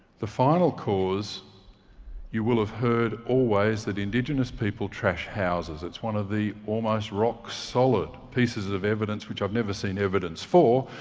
the final cause you will have heard always that indigenous people trash houses. it's one of the almost rock-solid pieces of evidence which i've never seen evidence for,